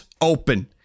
open